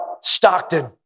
Stockton